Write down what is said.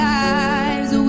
lives